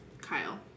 Kyle